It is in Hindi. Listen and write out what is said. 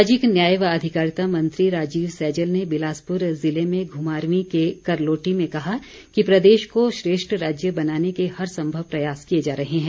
सामाजिक न्याय व अधिकारिता मंत्री राजीव सैजल ने बिलासपुर जिले में घुमारवीं के करलोटी में कहा कि प्रदेश को श्रेष्ठ राज्य बनाने के हर संभव प्रयास किए जा रहे हैं